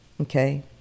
Okay